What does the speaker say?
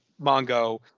Mongo